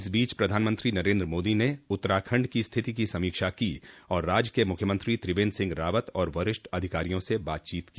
इस बीच प्रधानमंत्री नरेन्द्र मोदी ने उत्तराखंड की स्थिति की समीक्षा की और राज्य के मुख्यमंत्री त्रिवेंद्र सिंह रावत और वरिष्ठ अधिकारियों से बातचीत की